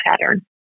pattern